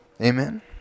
Amen